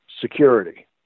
security